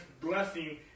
blessing